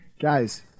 Guys